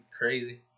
Crazy